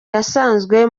yasanzwe